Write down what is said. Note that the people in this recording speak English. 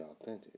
authentic